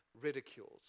ridicules